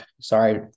sorry